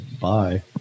Bye